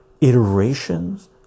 iterations